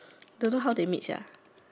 don't know how they meet sia